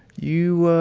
you, ah,